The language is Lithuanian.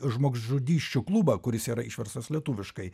žmogžudysčių klubą kuris yra išverstas lietuviškai